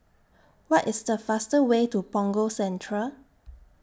What IS The fastest Way to Punggol Central